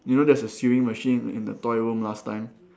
you know there's a sewing machine in the toy room last time